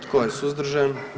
Tko je suzdržan?